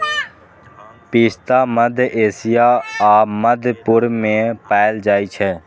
पिस्ता मध्य एशिया आ मध्य पूर्व मे पाएल जाइ छै